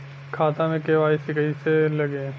खाता में के.वाइ.सी कइसे लगी?